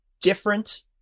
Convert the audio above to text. different